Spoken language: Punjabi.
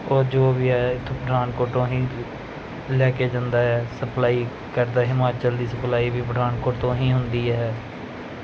ਉਹ ਜੋ ਵੀ ਹੈ ਇੱਥੋਂ ਪਠਾਨਕੋਟ ਤੋਂ ਹੀ ਲੈ ਕੇ ਜਾਂਦਾ ਹੈ ਸਪਲਾਈ ਕਰਦਾ ਹਿਮਾਚਲ ਦੀ ਸਪਲਾਈ ਵੀ ਪਠਾਨਕੋਟ ਤੋਂ ਹੀ ਹੁੰਦੀ ਹੈ